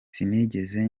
sinigeze